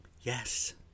Yes